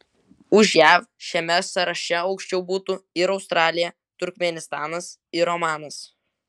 už jav šiame sąraše aukščiau būtų ir australija turkmėnistanas ir omanas